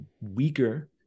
weaker